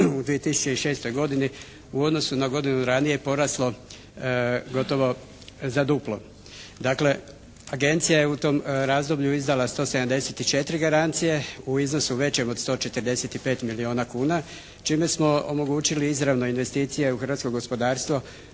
u 2006. godini u odnosu na godinu ranije poraslo gotovo za duplo. Dakle agencija je u tom razdoblju izdala 174 garancije u iznosu većem od 145 milijuna kuna čime smo omogućili izravne investicije u hrvatsko gospodarstvo